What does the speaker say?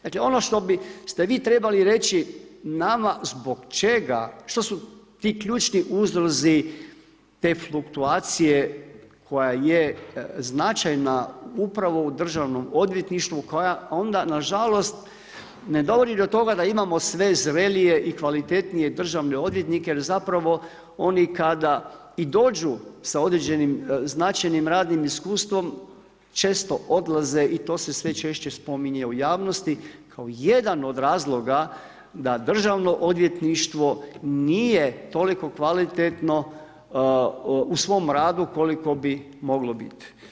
Dakle ono što biste vi trebali reći nama što su ti ključni uzroci te fluktuacije koja je značajna upravo u državnom odvjetništvu koja onda nažalost ne dovodi do toga da imamo sve zrelije i kvalitetnije državne odvjetnike jer oni kada i dođu sa određenim značajnim radnim iskustvom često odlaze i to se sve češće spominje u javnosti kao jedan od razloga da državno odvjetništvo nije toliko kvalitetno u svom radu koliko bi moglo biti.